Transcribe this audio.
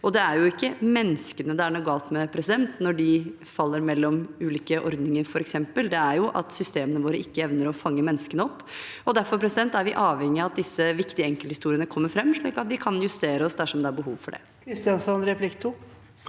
Det er ikke menneskene det er noe galt med når de f.eks. faller mellom ulike ordninger. Det er at systemene våre ikke evner å fange menneskene opp. Derfor er vi avhengig av at disse viktige enkelthistoriene kommer fram, slik at vi kan justere oss dersom det er behov for det.